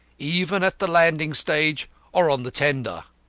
even at the landing-stage or on the tender.